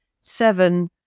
Seven